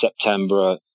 September